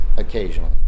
Occasionally